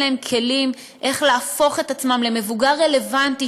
אין להם כלים להפוך את עצמם למבוגר רלוונטי,